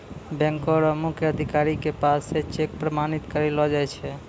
बैंको र मुख्य अधिकारी के पास स चेक प्रमाणित करैलो जाय छै